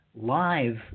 live